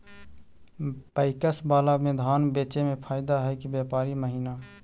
PACS बाला में धान बेचे मे फायदा है कि व्यापारी महिना?